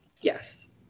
Yes